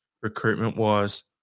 recruitment-wise